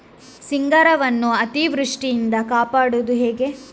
ಸಿಂಗಾರವನ್ನು ಅತೀವೃಷ್ಟಿಯಿಂದ ಕಾಪಾಡುವುದು ಹೇಗೆ?